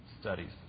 studies